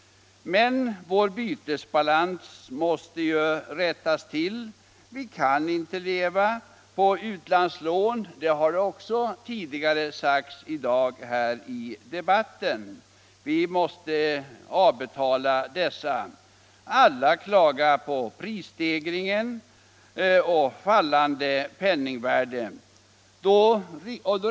Men vår bytesbalans måste rättas till. Vi kan inte leva på utlandslån — det har också sagts tidigare i debatten. Vi måste betala av lånen. Alla klagar på prisstegringen och det fallande penningvärdet.